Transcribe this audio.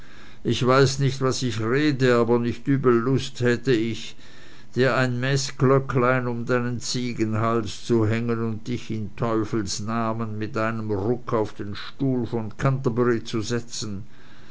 ich weiß nicht was ich rede aber nicht übel lust hätte ich dir ein meßglöcklein um deinen ziegenhals zu hängen und dich in treufels namen mit einem ruck auf den stuhl von canterbury zu setzen